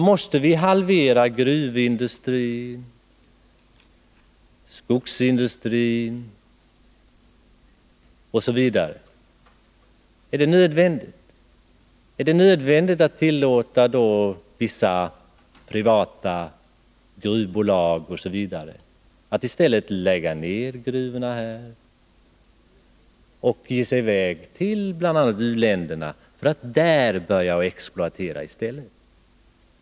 Måste vi halvera gruvindustrin, skogsindustrin etc.? Är det nödvändigt att tillåta vissa privata gruvbolag osv. att lägga ned gruvorna här och i stället ge sig i väg till bl.a. u-länderna för att börja exploatera där?